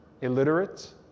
illiterate